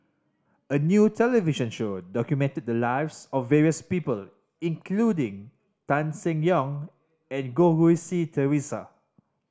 a new television show documented the lives of various people including Tan Seng Yong and Goh Rui Si Theresa